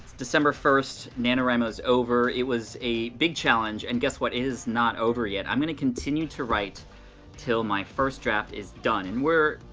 december first, na no wri mo's over. it was a big challenge, and guess what, it is not over yet. i'm gonna continue to write til my first draft is done. and we're,